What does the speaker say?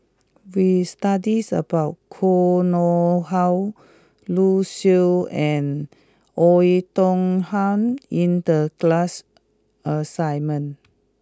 we studys about Koh Nguang How Lu Suitin and Oei Tiong Ham in the class assignment